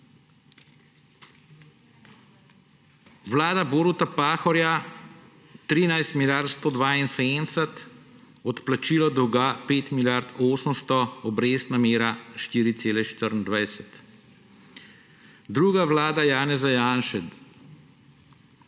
Vlada Boruta Pahorja 13 milijard 172, odplačilo dolga 5 milijard 800, obrestna mera 4,24. Druga vlada Janeza Janše